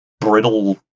brittle